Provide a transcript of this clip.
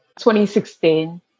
2016